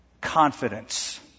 confidence